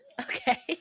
Okay